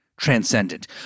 transcendent